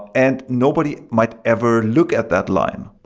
and nobody might ever look at that line.